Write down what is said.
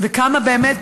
וכמה באמת,